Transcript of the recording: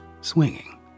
swinging